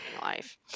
life